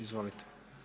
Izvolite.